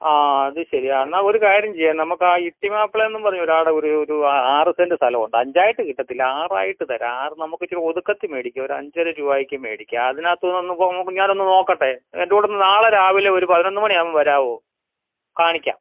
ആ അതു ശരി എന്നാൽ ഒരു കാര്യം ചെയ്യാം നമുക്കാ ഇട്ടി മാപ്പിളയെന്നും പറഞ്ഞ് ഒരാൾ ഒരു ഒരു ആറ് സെൻറ്റ് സ്ഥലം ഉണ്ട് അഞ്ചായിട്ട് കിട്ടത്തില്ല ആറായിട്ട് തരാം ആറ് നമുക്കിച്ചിരി ഒതുക്കത്തിൽ മേടിക്കാം ഒരഞ്ചര രൂപയ്ക്ക് മേടിക്കാം അതിനകത്തു നിന്ന് ഞാനൊന്നു നോക്കട്ടെ എൻ്റെ കൂടെ ഒന്ന് നാളെ രാവിലെ ഒരു പതിനൊന്ന് മണിയാകുമ്പോൾ വരാമോ കാണിക്കാം